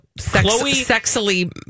sexily